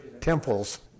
Temples